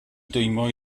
dwymo